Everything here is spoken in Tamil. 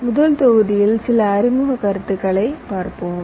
எனவே முதல் தொகுதியில் சில அறிமுக கருத்துக்களை பார்ப்போம்